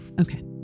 Okay